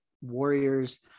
warriors